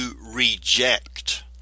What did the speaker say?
reject